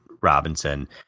Robinson